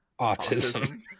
autism